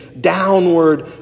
downward